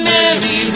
Mary